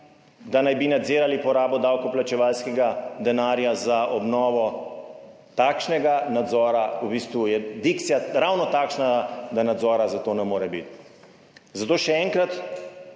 da naj bi nadzirali porabo davkoplačevalskega denarja za obnovo takšnega nadzora, v bistvu je dikcija ravno takšna, da nadzora za to ne more biti. Zato še enkrat,